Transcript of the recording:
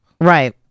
right